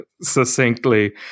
succinctly